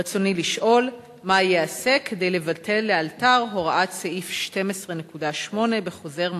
רצוני לשאול: מה ייעשה כדי לבטל לאלתר את הוראת סעיף 12.8 בחוזר מנכ"ל,